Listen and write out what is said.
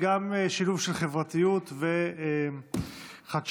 שילוב של חברתיות וחדשנות.